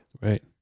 Right